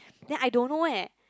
then I don't know eh